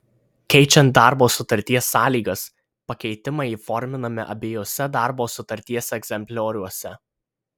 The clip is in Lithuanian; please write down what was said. keičiant darbo sutarties sąlygas pakeitimai įforminami abiejuose darbo sutarties egzemplioriuose